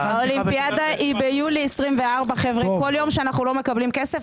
האולימפיאדה היא ביולי 2024. כל יום שאנחנו לא מקבלים כסף,